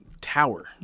tower